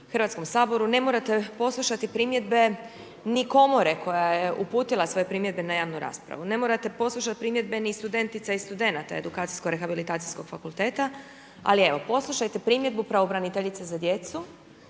Hrvatskom saboru, ne morate poslušati primjedbe ni komore koja je uputila svoje primjedbe na javnu raspravu, ne morate poslušati primjedbe ni studentica ni studenata edukacijsko rehabilitacijskog fakulteta, ali evo, poslušajte primjedbe pravobraniteljice za djecu,